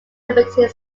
limited